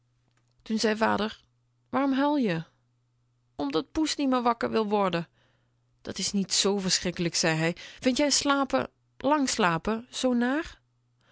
toen zei vader waarom huil je omdat poes niet wakker wil worden dat is niet zoo verschrikkelijk zei hij vind jij slapen lang slapen zoo naar